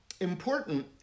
important